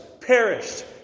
perished